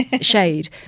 shade